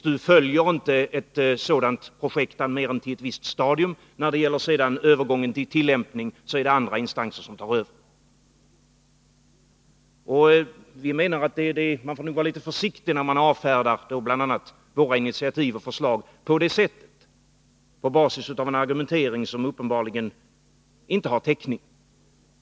och inte följer ett sådant projekt mer än till ett visst stadium. När det sedan gäller övergången till tillämpning är det andra instanser som tar över. Vi menar att man bör vara litet försiktig när man avfärdar bl.a. våra initiativ och förslag på det sättet, på basis av en argumentering som uppenbarligen inte har täckning.